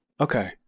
Okay